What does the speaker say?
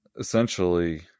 Essentially